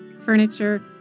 furniture